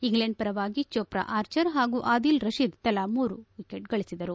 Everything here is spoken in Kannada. ಇಂಗ್ಲೆಂಡ್ ಪರವಾಗಿ ಜೋಫ್ರಾ ಆರ್ಚರ್ ಹಾಗೂ ಆದಿಲ್ ರತೀದ್ ತಲಾ ಮೂರು ಗಳಿಸಿದರು